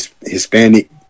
hispanic